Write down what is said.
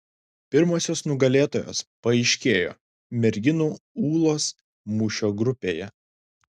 pirmosios nugalėtojos paaiškėjo merginų ūlos mūšio grupėje